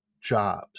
jobs